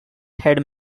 head